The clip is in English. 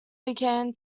began